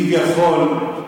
כביכול,